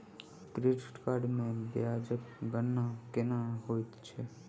credit card मे ब्याजक गणना केना होइत छैक